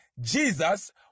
Jesus